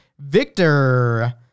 Victor